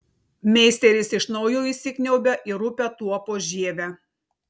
meisteris iš naujo įsikniaubia į rupią tuopos žievę